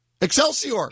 Excelsior